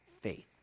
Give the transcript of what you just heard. faith